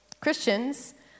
Christians